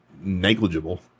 negligible